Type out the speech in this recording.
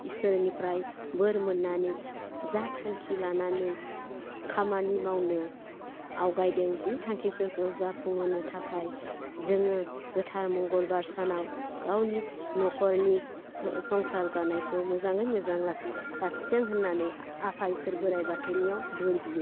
इसोरनिफ्राय बोर मोन्नानै जा थांखि लानानै खामानि मावनो आवगायदों बे थांखिफोरखौ जाफुंहोनो थाखाय जोङो गोथार मंगलबार सानाव गावनि न'खरनि संसार जानायखौ मोजाङै मोजां लाखिथों होन्नानै आफा इसोर बोराय बाथौनियाव बोर बियो